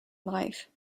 life